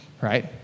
right